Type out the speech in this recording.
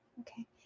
Okay